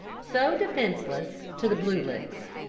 so defenceless, to the blue licks.